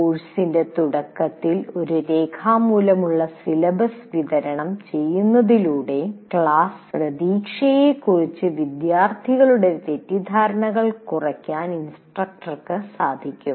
കോഴ്സിന്റെ തുടക്കത്തിൽ ഒരു രേഖാമൂലമുള്ള സിലബസ് വിതരണം ചെയ്യുന്നതിലൂടെ ക്ലാസ് പ്രതീക്ഷയെക്കുറിച്ചുള്ള വിദ്യാർത്ഥികളുടെ തെറ്റിദ്ധാരണകൾ കുറയ്ക്കാൻ ഇൻസ്ട്രക്ടർക്ക് കഴിയും